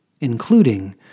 including